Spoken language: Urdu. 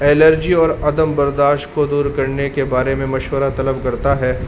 ایلرجی اور عدم برداشت کو دور کرنے کے بارے میں مشورہ طلب کرتا ہے